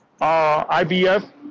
IBF